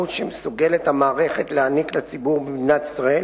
השירות שמסוגלת המערכת להעניק לציבור במדינת ישראל